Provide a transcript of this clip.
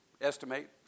estimate